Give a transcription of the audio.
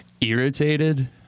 irritated